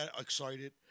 excited